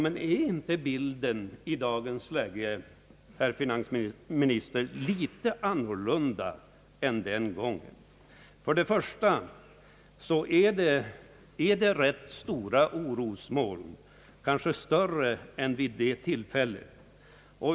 är dock inte bilden i dagens Sverige, herr finansminister, litet annorlunda än den gången? Först och främst är ju orosmolnen rätt stora nu, kanske större än vid det förra tillfället.